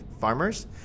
farmers